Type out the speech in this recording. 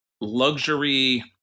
luxury